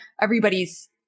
Everybody's